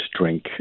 drink